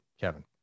kevin